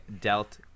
dealt